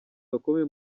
bakomeye